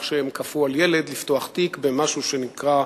שהם כפו על ילד לפתוח תיק במשהו שנקרא,